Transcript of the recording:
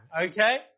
okay